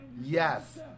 Yes